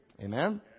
Amen